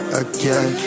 again